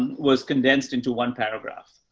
was condensed into one paragraph.